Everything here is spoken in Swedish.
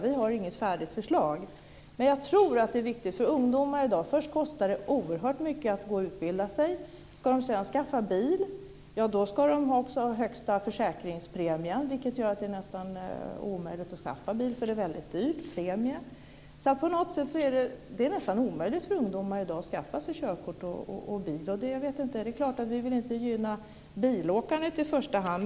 Vi har inget färdigt förslag. Men jag tror att det är viktigt för ungdomar i dag. Först kostar det oerhört mycket att utbilda sig. Ska de sedan skaffa bil, ja då får de betala den högsta försäkringspremien, vilket gör att det är nästan omöjligt att skaffa bil, eftersom det är en mycket dyr premie. Så på något sätt är det nästan omöjligt för ungdomar att i dag skaffa sig körkort och bil. Det är klart att vi inte vill gynna bilåkandet i första hand.